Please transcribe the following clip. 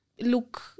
look